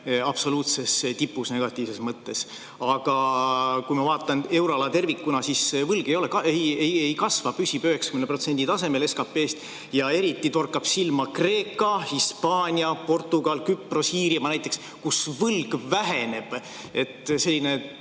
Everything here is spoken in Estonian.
absoluutses tipus negatiivses mõttes. Aga kui ma vaatan euroala tervikuna, siis näen, et võlg ei kasva, püsib 90% tasemel SKP‑st. Eriti torkavad silma Kreeka, Hispaania, Portugal, Küpros ja Iirimaa näiteks, kus võlg väheneb. Selline